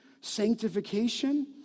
Sanctification